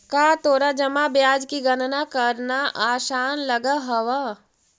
का तोरा जमा ब्याज की गणना करना आसान लगअ हवअ